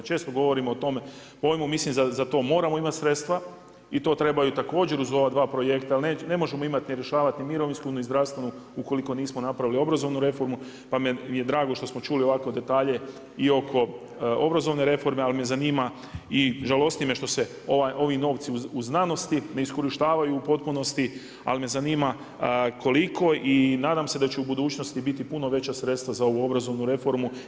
Često govorimo o tome, … za to moramo imati sredstva i to treba i također uz ova 2 projekta, jer ne možemo imati ni rješavati, ni mirovinsku ni zdravstvenu, ukoliko nismo napravili obrazovnu reformu, pa mi je drago da smo čuli ovako detalje i oko obrazovne reforme, ali me zanima, i žalosti me što se ovi novci u znanosti ne iskorištavaju u potpunosti, ali me zanima, a koliko i nadam se da će u budućnosti biti puno veća sredstva za ovu obrazovnu reformu.